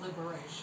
liberation